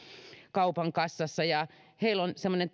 kaupan kassassa ja heillä on semmoinen